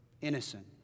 innocent